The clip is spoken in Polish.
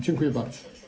Dziękuję bardzo.